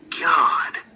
God